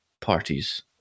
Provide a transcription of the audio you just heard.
parties